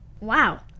Wow